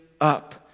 up